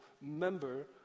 member